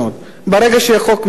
ברגע שיהיה חוק מחייב,